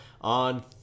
On